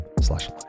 slash